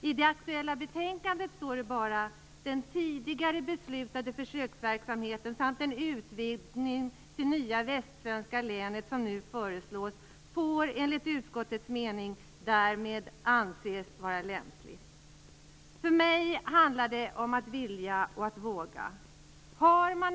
I det aktuella betänkandet står bara: "Den tidigare beslutade försöksverksamheten samt den utvidgning till det nya västsvenska länet som nu föreslås får enligt utskottets mening därvid anses vara lämplig." För mig handlar det om att vilja och att våga.